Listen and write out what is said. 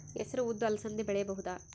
ಹೆಸರು ಉದ್ದು ಅಲಸಂದೆ ಬೆಳೆಯಬಹುದಾ?